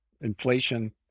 inflation